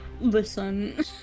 Listen